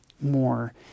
more